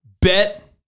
bet